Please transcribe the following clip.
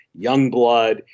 Youngblood